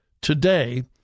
today